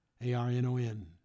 A-R-N-O-N